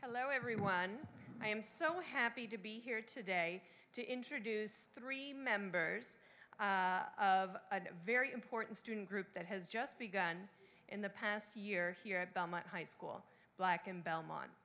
hello everyone i am so happy to be here today to introduce three members of a very important student group that has just begun in the past year here at belmont high school black in belmont